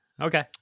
Okay